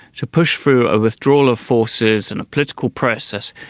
to push through a withdrawal of forces and a political process,